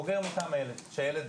בוגר מטעם הילד.